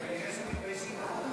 מתביישים בהצעת החוק הזאת.